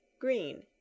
green